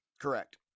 Correct